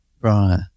right